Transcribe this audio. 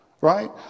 Right